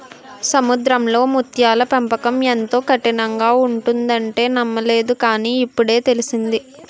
సముద్రంలో ముత్యాల పెంపకం ఎంతో కఠినంగా ఉంటుందంటే నమ్మలేదు కాని, ఇప్పుడే తెలిసింది